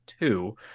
two